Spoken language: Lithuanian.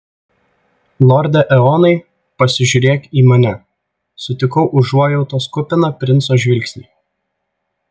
lorde eonai pasižiūrėk į mane sutikau užuojautos kupiną princo žvilgsnį